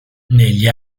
negli